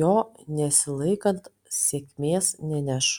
jo nesilaikant sėkmės neneš